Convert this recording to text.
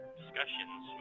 discussions